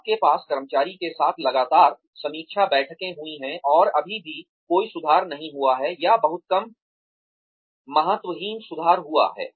आपके पास कर्मचारी के साथ लगातार समीक्षा बैठकें हुई हैं और अभी भी कोई सुधार नहीं हुआ है या बहुत कम महत्वहीन सुधार हुआ है